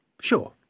Sure